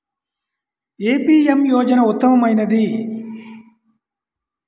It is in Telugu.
ఏ పీ.ఎం యోజన ఉత్తమమైనది?